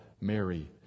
Mary